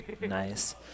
nice